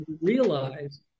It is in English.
Realize